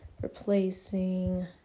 Replacing